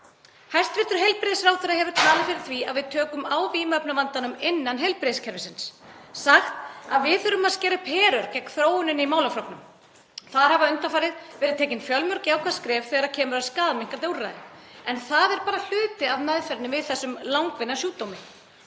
Hæstv. heilbrigðisráðherra hefur talað fyrir því að við tökum á vímuefnavandanum innan heilbrigðiskerfisins, sagt að við þurfum að skera upp herör gegn þróuninni í málaflokknum. Þar hafa undanfarið verið stigin fjölmörg jákvæð skref þegar kemur að skaðaminnkandi úrræðum en það er bara hluti af meðferðinni við þessum langvinna sjúkdómi.